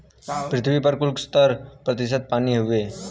पृथ्वी पर कुल सत्तर प्रतिशत पानी हउवे